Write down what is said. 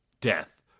death